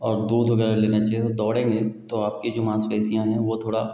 और दूध वगैरह लेना चाहिए तो दौड़ेंगे तो आपकी जो मांसपेसियाँ हैं वह थोड़ा